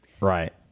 Right